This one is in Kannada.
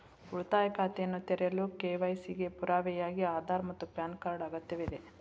ಉಳಿತಾಯ ಖಾತೆಯನ್ನು ತೆರೆಯಲು ಕೆ.ವೈ.ಸಿ ಗೆ ಪುರಾವೆಯಾಗಿ ಆಧಾರ್ ಮತ್ತು ಪ್ಯಾನ್ ಕಾರ್ಡ್ ಅಗತ್ಯವಿದೆ